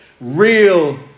real